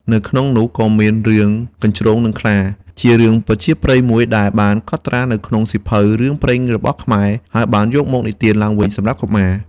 នៅក្នុងនោះក៏មានរឿង កញ្ជ្រោងនិងខ្លា ជារឿងប្រជាប្រិយមួយដែលត្រូវបានកត់ត្រានៅក្នុងសៀវភៅរឿងព្រេងរបស់ខ្មែរ ហើយបានយកមកនិទានឡើងវិញសម្រាប់កុមារ។